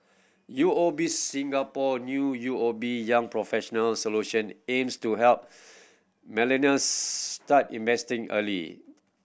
U O B Singapore new U O B Young Professionals Solution aims to help millennials start investing early